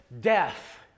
death